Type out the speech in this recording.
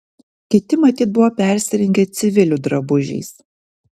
kiti matyt buvo persirengę civilių drabužiais